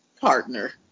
partner